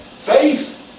Faith